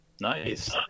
nice